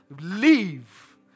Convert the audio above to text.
leave